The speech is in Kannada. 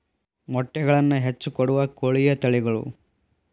ಮೊಟ್ಟೆಗಳನ್ನ ಹೆಚ್ಚ ಕೊಡುವ ಕೋಳಿಯ ತಳಿಗಳು